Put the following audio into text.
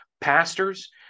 pastors